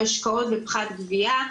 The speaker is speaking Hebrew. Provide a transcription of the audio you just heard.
השקעות ופחת גבייה,